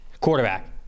quarterback